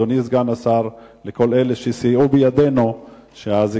לאדוני סגן השר ולכל אלה שסייעו בידינו בזיכרון